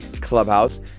clubhouse